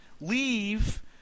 Leave